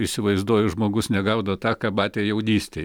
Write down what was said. įsivaizduoju žmogus negauna tą ką matė jaunystėj